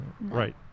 Right